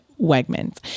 Wegmans